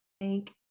thank